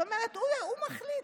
זאת אומרת, הוא מחליט.